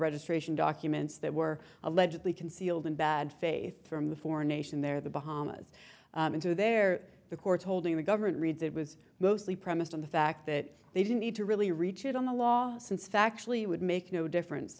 registration documents that were allegedly concealed in bad faith from the foreign nation there the bahamas into there the court's holding the government reads it was mostly premised on the fact that they didn't need to really reach it on the law since factually would make no difference